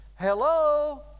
Hello